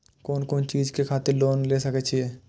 कोन कोन चीज के खातिर लोन ले सके छिए?